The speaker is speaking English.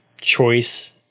choice